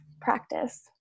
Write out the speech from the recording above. practice